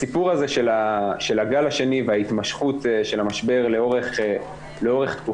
הסיפור הזה של הגל השני וההתמשכות של המשבר לאורך תקופה,